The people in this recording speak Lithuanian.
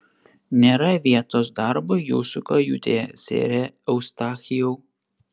nėra vietos darbui jūsų kajutėje sere eustachijau